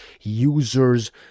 users